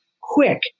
quick